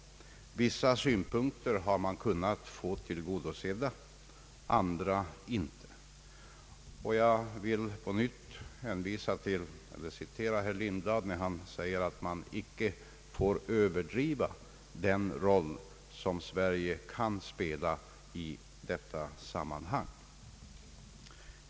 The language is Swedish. Vissa synpunkter har man kunnat få tillgodosedda men inte andra. Jag vill på nytt referera till herr Lindblad, när han sade att vi inte får överdriva den roll Sverige kan spela i detta sammanhang.